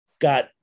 got